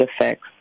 effects